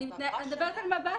אני מדברת על מב"דים.